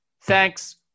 Thanks